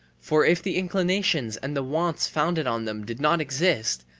for if the inclinations and the wants founded on them did not exist,